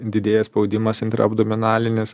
didėja spaudimas intraapdominalinis